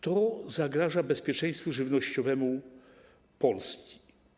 To zagraża bezpieczeństwu żywnościowemu Polski.